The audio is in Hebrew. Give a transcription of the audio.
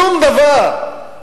שום דבר.